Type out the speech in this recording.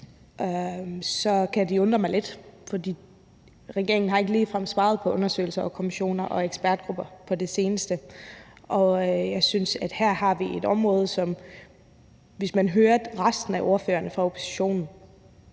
kan det undre mig lidt, for regeringen har ikke ligefrem sparet på undersøgelser, kommissioner og ekspertgrupper på det seneste. Hvis man hører resten af ordførerne fra oppositionen